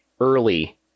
early